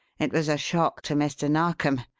it was a shock to mr. narkom.